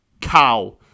cow